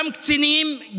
גם קצינים,